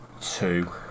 two